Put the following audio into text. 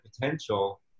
potential